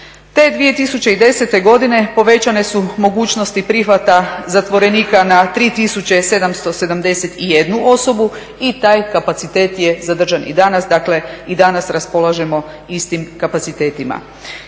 Te 2010. godine povećane su mogućnosti prihvata zatvorenika na 3771 osobu i taj kapacitet je zadržan i danas, dakle i danas raspolažemo istim kapacitetima.